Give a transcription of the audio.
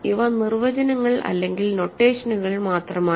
ഇവ നിർവചനങ്ങൾ അല്ലെങ്കിൽ നൊട്ടേഷനുകൾ മാത്രമാണ്